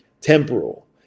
temporal